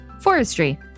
Forestry